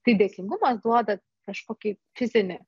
tai dėkingumas duoda kažkokį fizinį